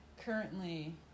currently